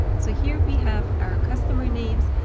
so here we have our customer names,